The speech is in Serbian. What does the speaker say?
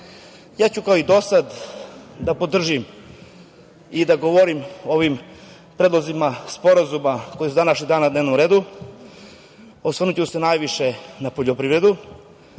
ću kao i dosad da podržim i da govorim o ovim predlozima sporazuma koji su danas na dnevnom redu. Osvrnuću se najviše na poljoprivredu